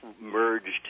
merged